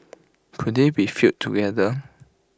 could they be fielded together